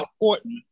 important